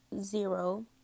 zero